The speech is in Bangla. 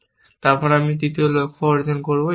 তারপর আমি তৃতীয় লক্ষ্য অর্জন করব ইত্যাদি